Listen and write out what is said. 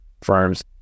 firms